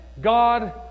God